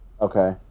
Okay